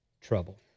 trouble